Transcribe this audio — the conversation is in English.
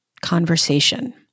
conversation